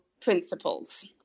principles